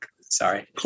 Sorry